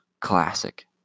classic